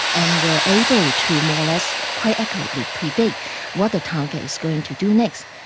and were able to more or less quite accurately predict what the target is going to do next.